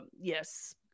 yes